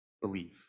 believe